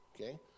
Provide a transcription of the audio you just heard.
okay